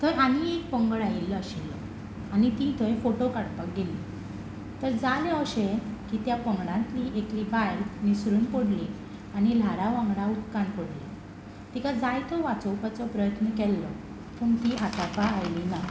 थंय आनी एक पंगड आयिल्लो आशिल्लो आनी तीं थंय फोटो काडपाक गेल्लीं तर जालें अशें की त्या पंगडांतलीं एकली बायल निसरून पडली आनी ल्हारां वांगडा उदकान पडली तिका जायतो वाचोवपाचो प्रयत्न केल्लो पूण ती हातापा आयली ना